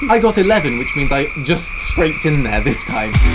i got eleven which means, i just scraped in there this time.